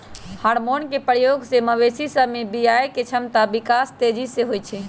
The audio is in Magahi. हार्मोन के प्रयोग से मवेशी सभ में बियायके क्षमता विकास तेजी से होइ छइ